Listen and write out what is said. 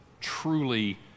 truly